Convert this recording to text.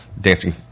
dancing